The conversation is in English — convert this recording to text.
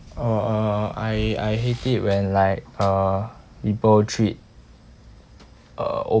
oh uh I I hate it when like uh people treat old